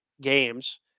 games